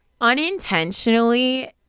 unintentionally